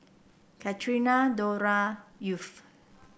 Catrina Dora Yvette